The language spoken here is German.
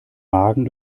magen